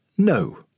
No